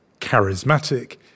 charismatic